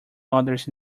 others